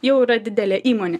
jau yra didelė įmonė